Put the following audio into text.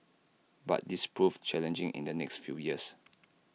but this proved challenging in the next few years